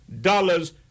dollars